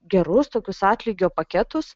gerus tokius atlygio paketus